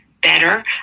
better